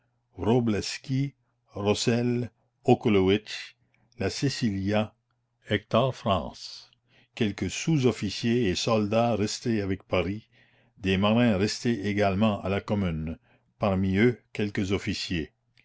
rossel okolowich la cecillia hector france quelques sousofficiers et soldats restés avec paris des marins restés également à la commune parmi eux quelques officiers